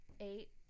eight